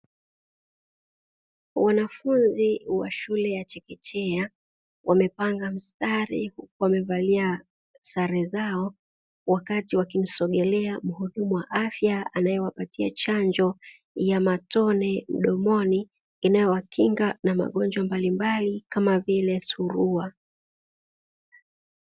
Wanafunzi wa shule ya chekechea, wamepanga mstari huku wamevalia sare zao, wakati wakimsogelea mhudumu wa afya, anayewapatia chanjo ya matone mdomoni, inayowakinga na magonjwa mbalimbali kama vile surua.